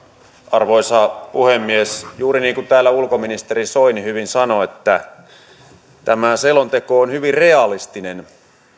arvoisa puhemies juuri niin kuin täällä ulkoministeri soini hyvin sanoi tämä selonteko on hyvin realistinen